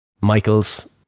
Michaels